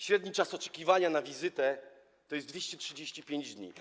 Średni czas oczekiwania na wizytę to 235 dni.